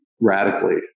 radically